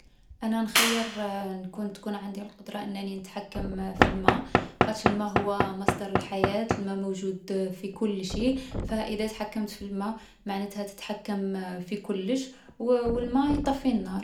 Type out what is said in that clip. أنا نخيّر نكون تكون عندي القدرة أنني نتحكم في الما، خاطش الما هو مصدر الحياة. الما موجود في كلشي. فإذا تحكمت في الما، معنتها تتحكم في كلش. و الما يطفي النار.